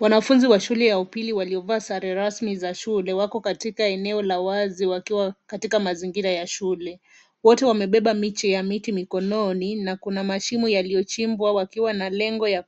Wanafunzi wa shule ya upili waliovaa sare rasmi za shule wako katika eneo la wazi wakiwa katika mazingira ya shule, wote wamebeba miche ya miti mikononi na kuna mashimo yaliyochimbwa wakiwa na lengo ya